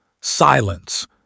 Silence